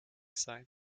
sein